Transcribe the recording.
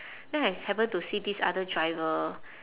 then I happen to see this other driver